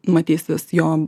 matysis jo